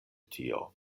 tio